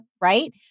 right